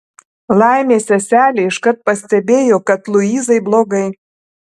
laimė seselė iškart pastebėjo kad luizai blogai